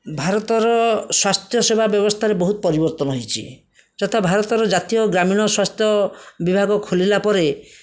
ଭାରତର ସ୍ୱାସ୍ଥ୍ୟ ସେବା ବ୍ୟବସ୍ଥାରେ ବହୁତ ପରିବର୍ତ୍ତନ ହୋଇଛି ଯଥା ଭାରତର ଜାତୀୟ ଗ୍ରାମୀଣ ସ୍ୱାସ୍ଥ୍ୟ ବିଭାଗ ଖୋଲିଲା ପରେ